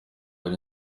hari